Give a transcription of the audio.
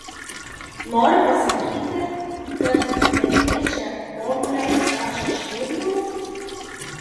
nori pasakyti kad beatričė formulę užrašė širmoje